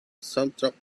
soundtrack